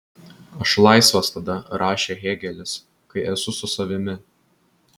aš laisvas tada rašė hėgelis kai esu su savimi